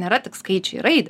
nėra tik skaičiai ir raidė